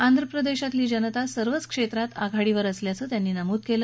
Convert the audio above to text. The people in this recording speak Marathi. आंध्रप्रदेशातील जनता सर्वच क्षेत्रात आघाडीवर असल्याचं त्यांनी नमूद केलं